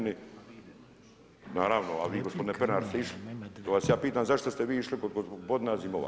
Naravno, a vi gospodine Pernar ste išli, pa vas ja pitam zašto ste išli kog gospodina Azimova?